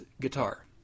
Guitar